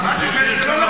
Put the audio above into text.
אני בסופו של דבר,